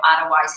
otherwise